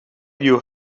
you